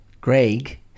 Greg